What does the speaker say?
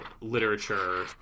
literature